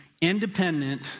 independent